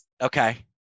Okay